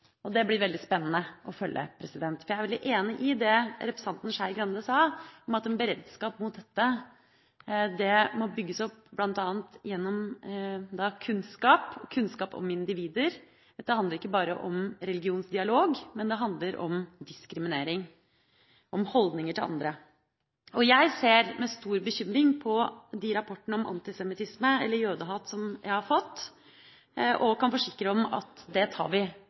og det blir spennende å følge. Jeg er enig i det representanten Skei Grande sa om at en beredskap mot dette må bygges opp bl.a. gjennom kunnskap om individer. Dette handler ikke bare om religionsdialog, men det handler også om diskriminering og om holdninger til andre. Jeg ser med stor bekymring på de rapportene om antisemittisme eller jødehat jeg har fått, og kan forsikre om at vi tar det på største alvor. Vi